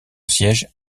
siège